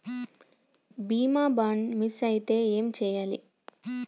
బీమా bond miss అయితే ఏం చేయాలి?